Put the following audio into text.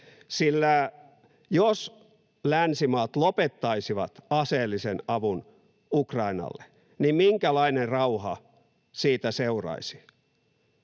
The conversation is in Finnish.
sillä jos länsimaat lopettaisivat aseellisen avun Ukrainalle, niin minkälainen rauha siitä seuraisi?